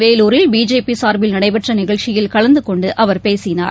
வேலூரில் பிஜேபி சார்பில் நடைபெற்ற நிகழ்ச்சியில் கலந்து கொண்டு அவர் பேசினார்